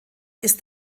ist